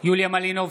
יוליה מלינובסקי,